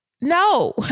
No